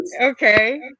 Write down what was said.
Okay